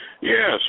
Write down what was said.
Yes